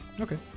Okay